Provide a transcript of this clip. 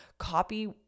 copy